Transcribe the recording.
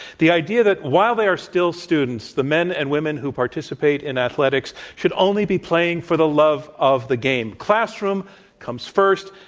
the idea that while they are still students, the men and women who participate in athletics, should only be playing for the love of the game. classroom comes first,